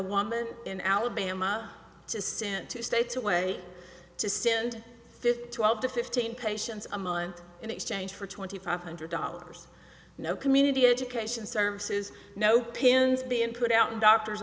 woman in alabama to send two states away to send fifty two up to fifteen patients a month in exchange for twenty five hundred dollars no community education services no pins being put out in doctors